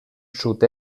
sud